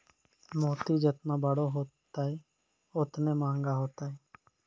मोती जेतना बड़ो होतै, ओतने मंहगा होतै